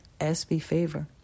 sbfavor